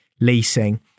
leasing